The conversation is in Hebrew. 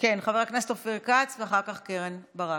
חבר הכנסת אופיר כץ ואחר כך קרן ברק.